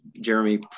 Jeremy